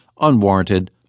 unwarranted